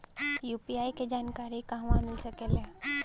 UPI के जानकारी कहवा मिल सकेले?